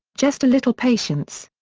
just a little patience.